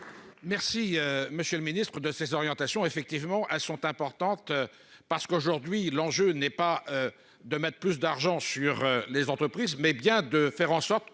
Merci, monsieur le Ministre de orientation effectivement à sont importantes parce qu'aujourd'hui, l'enjeu n'est pas de mettre plus d'argent sur les entreprises, mais bien de faire en sorte que